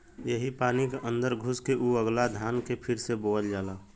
यही पानी क अन्दर घुस के ऊ उगला धान के फिर से बोअल जाला